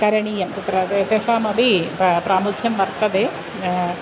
करणीयं तत्र एतेषामपि पा प्रामुख्यं वर्तते